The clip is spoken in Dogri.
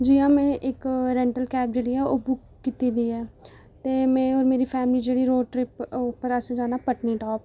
जियां मैं इक रेंटल कैब जेह्ड़ी ऐ ओह् बुक कीती दी ऐ ते मैं होर मेरी फैमली जेह्ड़ी रोड ट्रिप उप्पर जाना अस पत्नीटाप